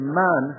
man